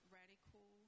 radical